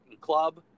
club